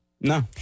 No